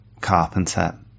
Carpenter